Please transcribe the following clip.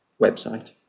website